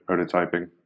prototyping